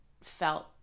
felt